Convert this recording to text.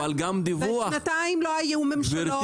ושנתיים לא היו ממשלות.